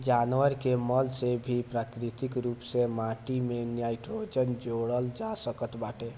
जानवर के मल से भी प्राकृतिक रूप से माटी में नाइट्रोजन जोड़ल जा सकत बाटे